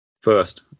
first